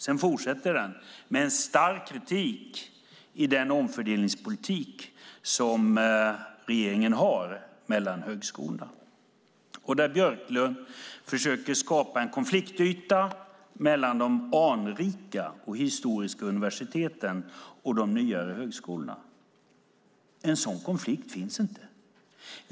Sedan fortsätter den med stark kritik mot regeringens omfördelningspolitik mellan högskolorna. Björklund försöker skapa en konfliktyta mellan de anrika och historiska universiteten och de nyare högskolorna. En sådan konflikt finns inte.